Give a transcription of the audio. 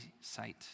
sight